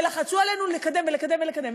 שלחצו עלינו לקדם ולקדם ולקדם,